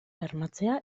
bermatzea